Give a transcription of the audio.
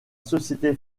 société